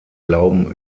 glauben